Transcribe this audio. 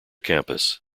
campus